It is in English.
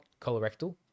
colorectal